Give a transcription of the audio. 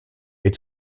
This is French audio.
est